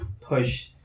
push